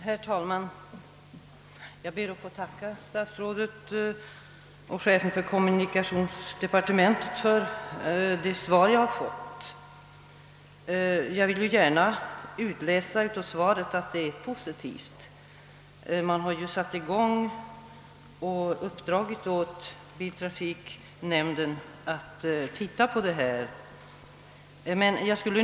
Herr talman! Jag ber att få tacka statsrådet och chefen för kommunikationsdepartementet för det svar jag har fått. Jag vill gärna utläsa av svaret att det är positivt — regeringen har ju uppdragit åt biltrafiknämnden att göra en närmare undersökning.